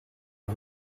aux